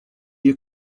you